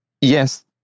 Yes